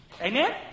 Amen